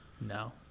No